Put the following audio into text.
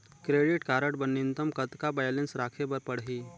Credit card बर न्यूनतम कतका बैलेंस राखे बर पड़ही?